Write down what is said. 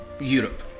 Europe